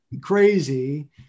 crazy